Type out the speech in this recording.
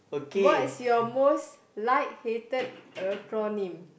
what's your most like hated acronym